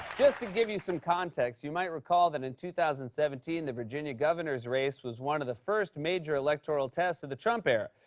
just to give you some context, you might recall that, in two thousand and seventeen, the virginia governor's race was one of the first major electoral tests of the trump era.